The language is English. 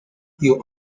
you